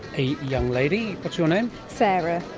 a young lady. what's your name? sarah.